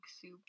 soup